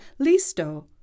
Listo